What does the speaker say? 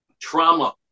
trauma